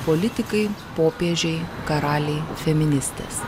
politikai popiežiai karaliai feministės